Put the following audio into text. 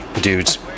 Dudes